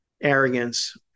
arrogance